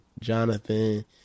Jonathan